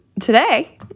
today